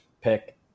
pick